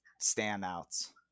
standouts